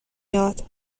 یاد